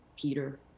peter